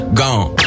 gone